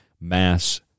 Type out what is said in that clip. mass